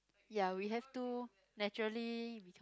ya we have to naturally